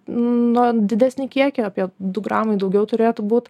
na didesnį kiekį apie du gramai daugiau turėtų būt